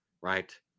right